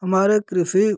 हमारे कृषि